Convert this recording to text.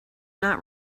not